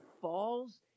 falls